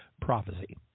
prophecy